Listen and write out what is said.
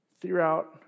Throughout